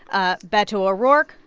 ah beto o'rourke,